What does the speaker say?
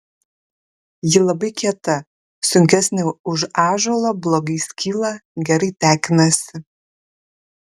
ji labai kieta sunkesnė už ąžuolo blogai skyla gerai tekinasi